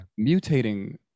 mutating